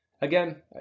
again